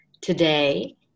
Today